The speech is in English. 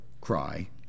cry